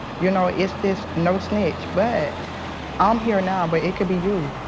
you know is this no snakes but i'm here now, but it could be you.